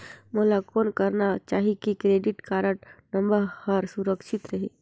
मोला कौन करना चाही की क्रेडिट कारड नम्बर हर सुरक्षित रहे?